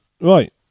Right